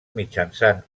mitjançant